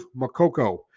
Makoko